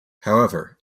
however